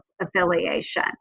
affiliation